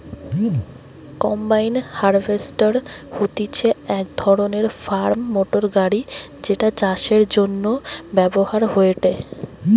combine harvester হতিছে এক ধরণের ফার্ম মোটর গাড়ি যেটা চাষের জন্য ব্যবহার হয়েটে